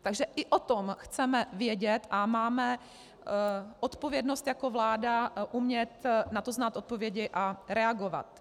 Takže i o tom chceme vědět a máme odpovědnost jako vláda umět na to znát odpovědi a reagovat.